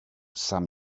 some